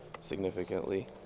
significantly